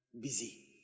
busy